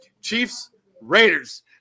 Chiefs-Raiders